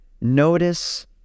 notice